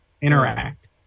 interact